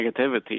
negativity